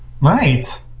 right